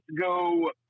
go